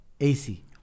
AC